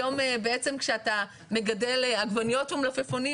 היום בעצם כשאתה מגדל עגבניות או מלפפונים,